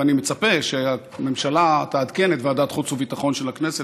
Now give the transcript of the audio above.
ואני מצפה שהממשלה תעדכן את ועדת החוץ והביטחון של הכנסת,